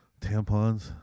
Tampons